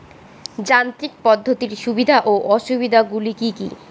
যান্ত্রিক পদ্ধতির সুবিধা ও অসুবিধা গুলি কি কি?